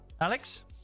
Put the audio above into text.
Alex